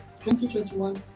2021